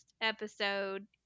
episode